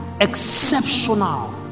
exceptional